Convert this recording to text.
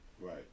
Right